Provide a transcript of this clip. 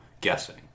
guessing